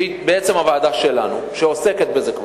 שהיא בעצם הוועדה שלנו, שכבר עוסקת בזה,